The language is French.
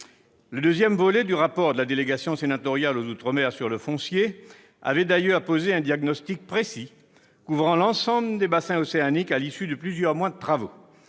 Le deuxième volet du rapport de la délégation sénatoriale aux outre-mer sur le foncier avait d'ailleurs posé un diagnostic précis couvrant l'ensemble des bassins océaniques à l'issue de plusieurs mois de travaux.